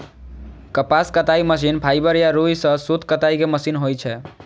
कपास कताइ machine fibre या रुइ सं सूत कताइ के मशीन होइ छै